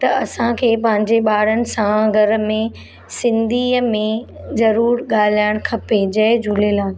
त असांखे पंहिंजे ॿारनि सां घर में सिंधीअ में ज़रूरु ॻाल्हाइणु खपे जय झूलेलाल